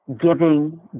giving